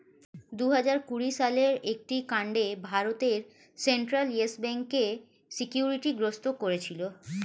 দুহাজার কুড়ি সালের একটি কাণ্ডে ভারতের সেন্ট্রাল ইয়েস ব্যাঙ্ককে সিকিউরিটি গ্রস্ত করেছিল